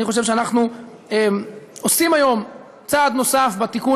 אני חושב שאנחנו עושים היום צעד נוסף בתיקון